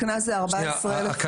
הקנס זה 14 אלף ו ---, הקנס המרבי.